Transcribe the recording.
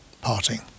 parting